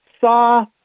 saw